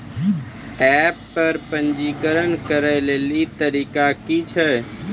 App पर पंजीकरण करै लेली तरीका की छियै?